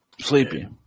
Sleepy